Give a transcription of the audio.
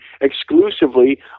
exclusively